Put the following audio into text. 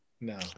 No